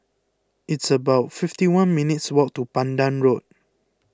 it's about fifty one minutes' walk to Pandan Road